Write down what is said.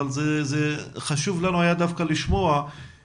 אבל חשוב לנו לשמוע על כך.